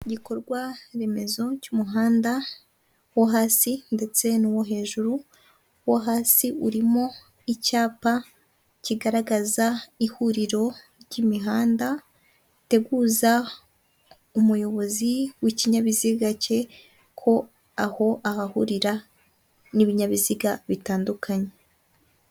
Igikorwa remezo cy'umuhanda wo hasi ndetse n'uwo hejuru uwo hasi urimo icyapa kigaragaza ihuriro ry'imihanda, riteguza umuyobozi w'ikinyabiziga cye ko aho ahahurira n'ibinyabiziga bitandukanye.